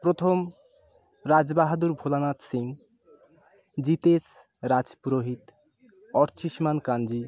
প্রথম রাজ বাহাদুর ভোলানাথ সিং জিতেশ রাজ পুরোহিত অর্চিষ্মান কাঞ্জি